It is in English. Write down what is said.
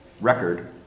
record